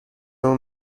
اون